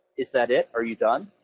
is that it, are you done?